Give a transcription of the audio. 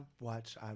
watch